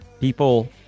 People